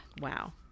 wow